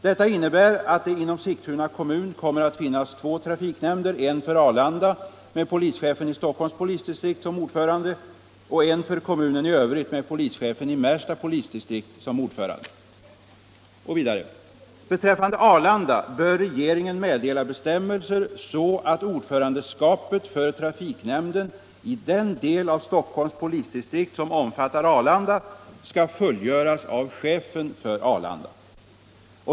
Detta innebär att det inom Sigtuna kommun kommer att finnas två trafiknämnder, en för Arlanda med polischefen i Stockholms polisdistrikt som ordförande och en för kommunen i övrigt med polischefen i Märsta polisdistrikt som ordförande.” Och vidare: ”Beträffande Arlanda bör regeringen meddela bestämmelser så att ordförandeskapet för trafiknämnden i den del av Stockholms polisdistrikt som omfattar -—-- Arlanda skall fullgöras av chefen för Arlanda.